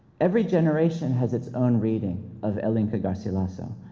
every generation has its own reading of el inca garcilaso.